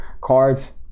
cards